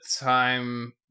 time